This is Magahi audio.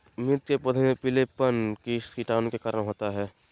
मिर्च के पौधे में पिलेपन किस कीटाणु के कारण होता है?